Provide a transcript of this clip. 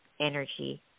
energy